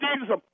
Jesus